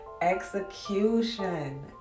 Execution